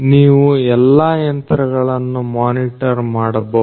ನೀವು ಎಲ್ಲಾ ಯಂತ್ರಗಳನ್ನು ಮೋನಿಟರ್ ಮಾಡಬಹುದು